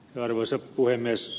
arvoisa puhemies